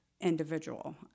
individual